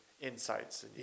insights